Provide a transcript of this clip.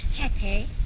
happy